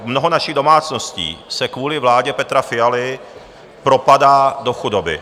Mnoho našich domácností se kvůli vládě Petra Fialy propadá do chudoby.